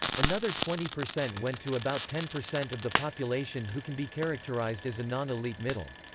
another twenty percent went to about ten percent of the population who can be characterized as a non-elite middle.